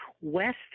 West